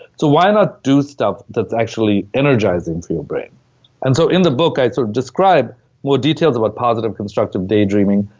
so why not do stuff that's actually energizing for your brain and so in the book i sort of describe more details about positive constructive daydreaming,